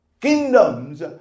Kingdoms